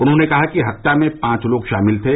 उन्होंने कहा कि हत्या में पांच लोग शामिल थे